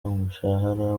umushahara